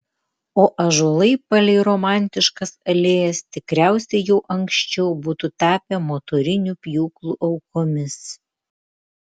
o ąžuolai palei romantiškas alėjas tikriausiai jau anksčiau būtų tapę motorinių pjūklų aukomis